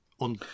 on